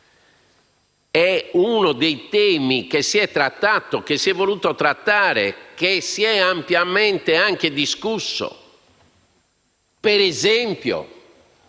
è uno dei temi che si è trattato, che si è voluto trattare e che si è ampiamente discusso, per esempio